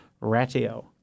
Ratio